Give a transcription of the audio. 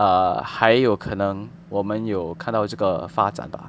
err 还有可能我们有看到这个发展 bah